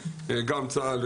גם צה"ל,